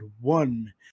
one